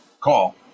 call